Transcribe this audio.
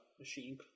Machine